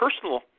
personal